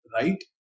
right